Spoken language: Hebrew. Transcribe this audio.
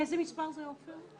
איזה מספר זה עפר?